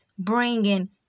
bringing